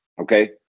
okay